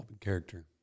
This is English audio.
Character